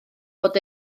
bod